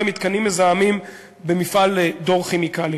מתקנים מזהמים במפעל "דור כימיקלים".